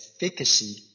efficacy